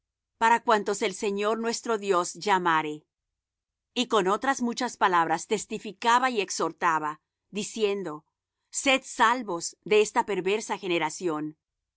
para cuantos el señor nuestro dios llamare y con otras muchas palabras testificaba y exhortaba diciendo sed salvos de esta perversa generación